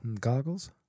Goggles